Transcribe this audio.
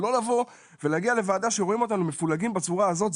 לא להגיע לוועדה שרואים אותנו מפולגים בצורה הזאת,